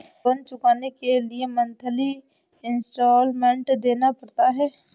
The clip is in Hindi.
लोन चुकाने के लिए मंथली इन्सटॉलमेंट देना पड़ता है